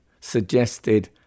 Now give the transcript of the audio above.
suggested